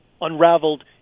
unraveled